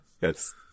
Yes